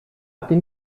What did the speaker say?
den